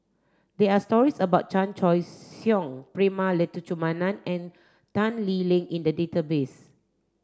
there are stories about Chan Choy Siong Prema Letchumanan and Tan Lee Leng in the database